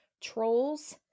trolls